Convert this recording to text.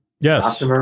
yes